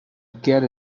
get